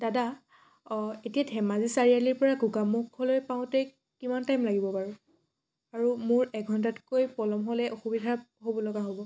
দাদা অঁ এতিয়া ধেমাজি চাৰিআলিৰ পৰা গোগামুখলৈ পাওঁতে কিমান টাইম লাগিব বাৰু আৰু মোৰ এঘণ্টাতকৈ পলম হ'লে অসুবিধাত হ'ব লগা হ'ব